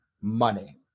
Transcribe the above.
money